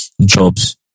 jobs